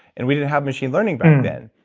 and we didn't have machine learning back then.